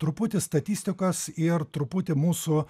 truputį statistikos ir truputį mūsų